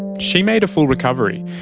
she made a full recovery,